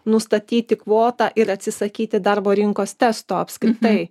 nustatyti kvotą ir atsisakyti darbo rinkos testo apskritai